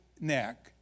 neck